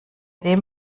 dem